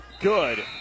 good